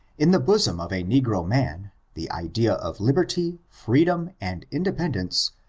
in the bosom of a negro man, the idea of liberty, freedom and independence,